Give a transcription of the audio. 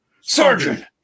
Sergeant